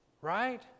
Right